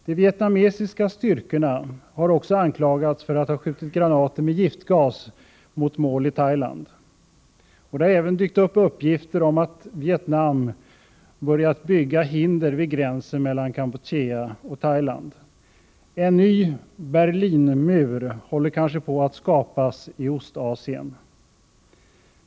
De vietnamesiska styrkorna har också anklagats för att ha skjutit granater med giftgas mot mål i Thailand. Det har även dykt upp uppgifter om att Vietnam har börjat bygga hinder vid gränsen mellan Kampuchea och Thailand. En ny Berlinmur håller kanske på att skapas i Ostasien.